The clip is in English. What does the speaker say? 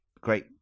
great